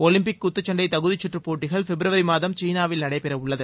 Olympic குத்துச்சண்டை தகுதி கற்று போட்டிகள் பிப்ரவரி மாதம் சீனாவில் நடைபெறவுள்ளது